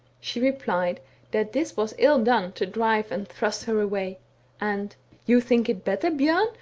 she replied that this was ill-done to drive and thrust her away and you think it better, bjom,